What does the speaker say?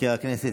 מזכיר הכנסת,